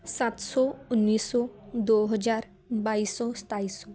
ਸੱਤ ਸੌ ਉੱਨੀ ਸੌ ਦੋ ਹਜ਼ਾਰ ਬਾਈ ਸੌ ਸਤਾਈ ਸੌ